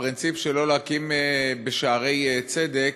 הפרינציפ שלא להקים בשערי צדק,